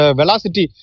velocity